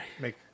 make